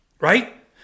right